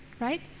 right